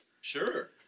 sure